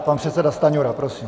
Pan předseda Stanjura, prosím.